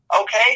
okay